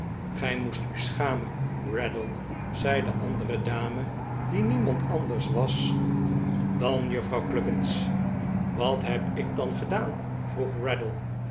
gij moest u schamen raddle zei de andere dame die niemand anders was dan juffrouw cluppins wat heb ik dan gedaan vroeg